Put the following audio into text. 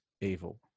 evil